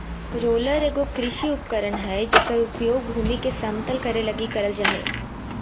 roller एगो कृषि उपकरण हइ जेकर उपयोग भूमि के समतल करे लगी करल जा हइ